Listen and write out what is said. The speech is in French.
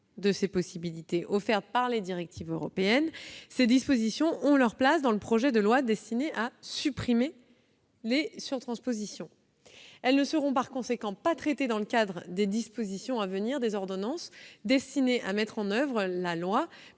de ces possibilités offertes par les directives européennes, ces dispositions ont leur place dans le projet de loi destiné à supprimer les surtranspositions. Elles ne seront, par conséquent, pas traitées dans le cadre des dispositions à venir des ordonnances destinées à mettre en oeuvre la loi